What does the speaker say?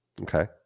Okay